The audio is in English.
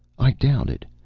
i doubted,